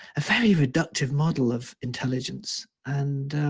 a very reductive model of intelligence. and